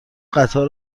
قطار